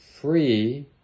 free